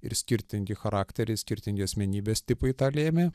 ir skirtingi charakteriai skirtingi asmenybės tipai tą lėmė